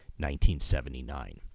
1979